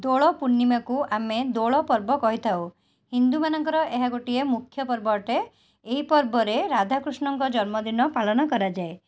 ଦୋଳପୂର୍ଣ୍ଣିମାକୁ ଆମେ ଦୋଳପର୍ବ କହିଥାଉ ହିନ୍ଦୁମାନଙ୍କର ଏହା ଗୋଟିଏ ମୁଖ୍ୟପର୍ବ ଅଟେ ଏହି ପର୍ବରେ ରାଧାକୃଷ୍ଣଙ୍କ ଜନ୍ମଦିନ ପାଳନ କରାଯାଏ